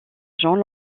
jean